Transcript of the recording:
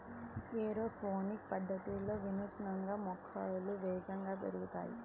aeroponics పద్ధతిలో వినూత్నంగా మొక్కలు వేగంగా పెరుగుతాయి